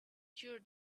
cure